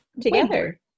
together